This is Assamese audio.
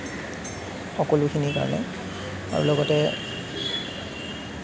সকলোখিনিৰ কাৰণে আৰু লগতে